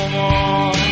more